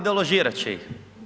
Deložirat će ih.